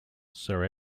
sir